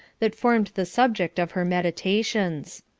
that formed the subject of her meditations.